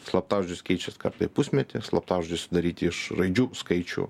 slaptažodžius keičiat kartą į pusmetį slaptažodžiai sudaryti iš raidžių skaičių